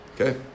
okay